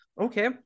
Okay